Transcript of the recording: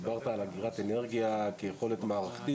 דיברת על אגירת אנרגיה כיכולת מערכתית.